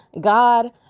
God